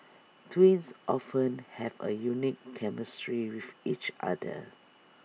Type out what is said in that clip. twins often have A unique chemistry with each other